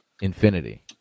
infinity